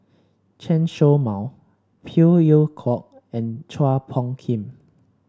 Chen Show Mao Phey Yew Kok and Chua Phung Kim